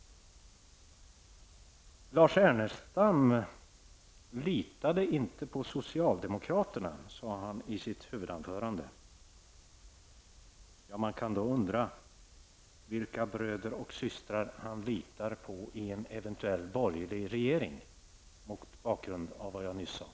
Lars Ernestam litade inte på socialdemokraterna sade han i sitt huvudanförande. Man kan då undra vilka bröder och systrar han litar på i en eventuellt borgerlig regering mot bakgrund av vad jag nyss sade.